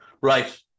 Right